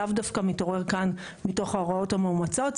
לאו דווקא מתעורר כאן מתוך ההוראות המאומצות.